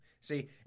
see